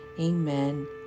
Amen